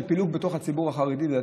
של פילוג בתוך הציבור החרדי-דתי,